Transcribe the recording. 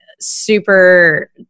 super